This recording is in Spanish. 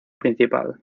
principal